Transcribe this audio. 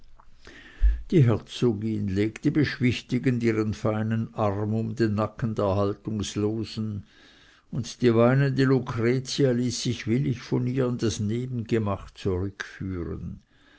die herzogin legte beschwichtigend ihren feinen arm um den nacken der haltungslosen und die weinende lucretia ließ sich willig von ihr in das nebengemach zurückführen